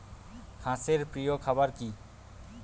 হাঁস এর প্রিয় খাবার কি?